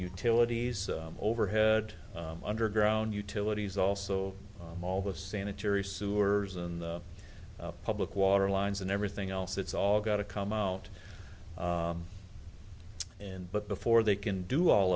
utilities overhead underground utilities also all the sanitary sewers and the public water lines and everything else it's all got to come out and but before they can do all